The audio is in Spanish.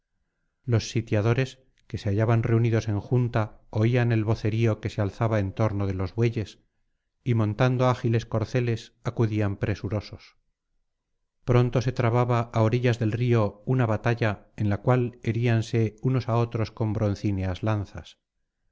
los sitiadores que se hallaban reunidos en junta oían el vocerío que se alzaba en torno de los bueyes y montando ágiles corceles acudían presurosos pronto se trababa á orillas del río una batalla en la cual heríanse unos á otros con broncíneas lanzas